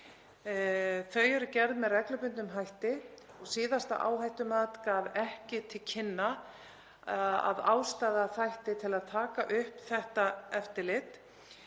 Þau eru gerð með reglubundnum hætti. Síðasta áhættumat gaf ekki til kynna að ástæða þætti til að taka upp þetta eftirlit.